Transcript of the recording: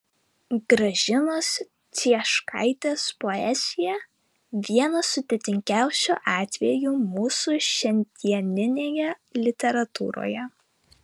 gražinos cieškaitės poezija vienas sudėtingiausių atvejų mūsų šiandieninėje literatūroje